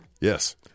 Yes